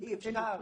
אי אפשר,